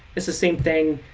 it's the same thing,